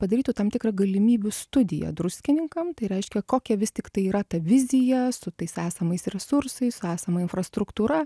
padarytų tam tikrą galimybių studiją druskininkam tai reiškia kokia vis tiktai yra ta vizija su tais esamais resursais su esama infrastruktūra